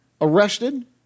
arrested